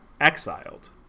exiled